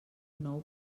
nou